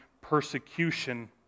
persecution